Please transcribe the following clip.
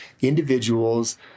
individuals